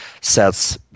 sets